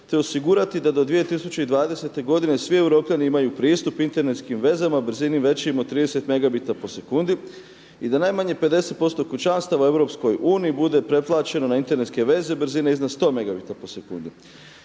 te osigurati da do 2020. godine svi Europljani imaju pristup internetskim vezama brzini većim od 30 megabita po sekundi i da najmanje 50% kućanstava u Europskoj uniji bude preplaćeno na internetske vezena brzine iznad 100